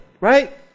right